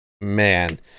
Man